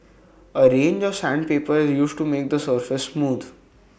A range of sandpaper is used to make the surface smooth